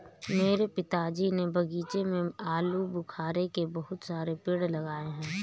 मेरे पिताजी ने बगीचे में आलूबुखारे के बहुत सारे पेड़ लगाए हैं